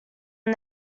are